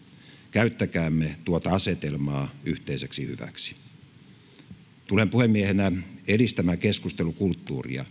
käyttäkäämme tuota asetelmaa yhteiseksi hyväksi tulen puhemiehenä edistämään keskustelukulttuuria